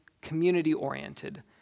community-oriented